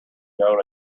known